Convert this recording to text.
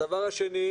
הדבר השני,